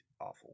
awful